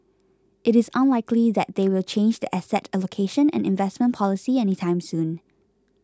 it is unlikely that they will change their asset allocation and investment policy any time soon